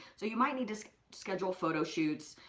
so you might need to schedule photo shoots,